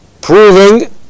proving